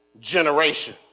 generation